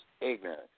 ignorant